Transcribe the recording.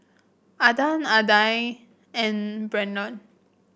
Adan Aidan and Brennon